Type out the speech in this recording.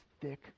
thick